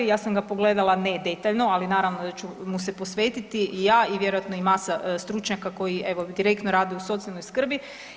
Ja sam ga pogledala ne detaljno, ali naravno da ću mu se posvetiti ja i vjerojatno i masa stručnjaka koji evo direktno rade u socijalnoj skrbi.